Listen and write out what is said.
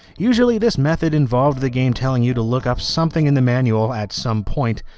usually this method involve the game telling you to look up something in the manual at some point,